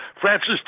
Francis